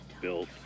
built